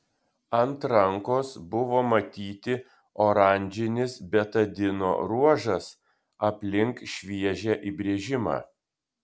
ant rankos buvo matyti oranžinis betadino ruožas aplink šviežią įbrėžimą